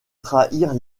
trahir